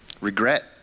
regret